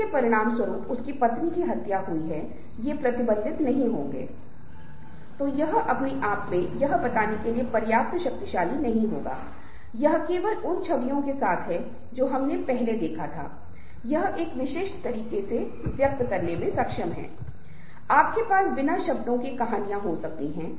इसलिए शोधकर्ता के अनुसार ये कुछ सुझाव हैं कुछ चरण हैं लेकिन ये केवल कुछ सुझाव हैं और यह नहीं कि ये केवल एक ही चीज है जिस पर चर्चा की जानी चाहिए और ये केवल एक ही चरण में वास्तविकता के कई चरण हो सकते हैं